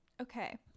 Okay